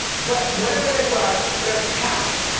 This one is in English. but whatever they were, they're counts.